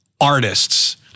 artists